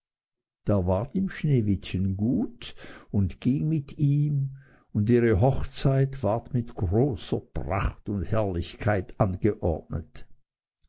da war ihm sneewittchen gut und ging mit ihm und ihre hochzeit ward mit großer pracht und herrlichkeit angeordnet